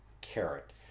carrot